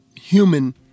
human